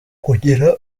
kugira